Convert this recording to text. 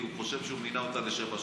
הוא חושב שהוא מינה אותה לשבע שנים.